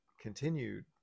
continued